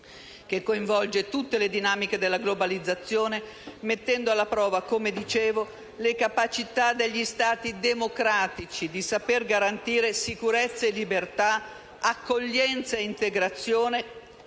che coinvolge tutte le dinamiche della globalizzazione, mettendo alla prova - come dicevo - le capacità degli Stati democratici di saper garantire sicurezza e libertà, accoglienza e integrazione,